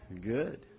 Good